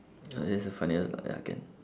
ah that is the funniest ah ya can